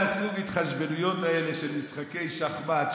לא לעשות את ההתחשבנויות האלה של משחקי שחמט,